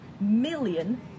Million